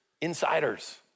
insiders